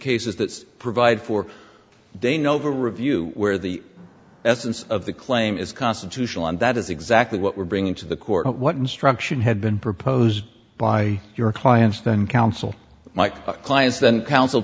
cases that provide for de novo review where the essence of the claim is constitutional and that is exactly what we're bringing to the court what instruction had been proposed by your clients then counsel mike clients then counsel